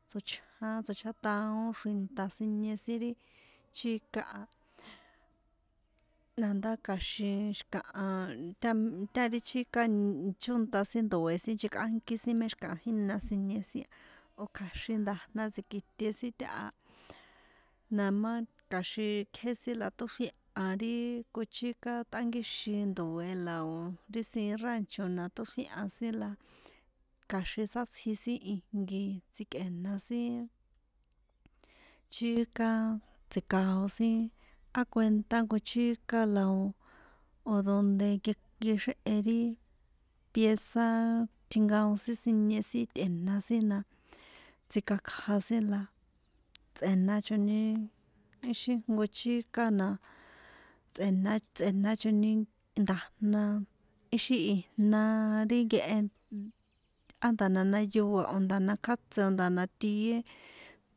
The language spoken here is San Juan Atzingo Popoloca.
A tsochján tsochjátaon ri xrinta sinie sin ri chika a la ndá kja̱xin xi̱kaha ta mé tá ri chika chónta sin ndoe̱ sin nchekꞌánki sin mé mé xi̱khaha jína sinie sin o̱ kja̱xin nda̱jna tsikiṭe sin táha na má ka̱xin kjé sin la tóxrie̱han ri kochika tꞌánkíxin ndoe la o̱ ri siín ràncho̱ la toxrièhan sin kja̱xin sátsji sin ijnko tsjikꞌe̱na sin chika tsji̱kao̱ sin á kuentá jnko chika la o̱ o̱ donde nke nkexéhe ri pieza tjinkaon sin sinie sin tꞌe̱na sin na tsji̱kakja sin la tsꞌe̱nachoni ixi jnko chika na tsꞌe̱na tsꞌe̱nachoni nda̱jna ixi ijna ri nkehe á nda̱jna jna yoa nda̱jna kjátse o̱ nda̱jna tie